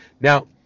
Now